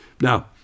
Now